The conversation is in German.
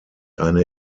eine